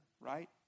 right